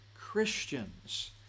christians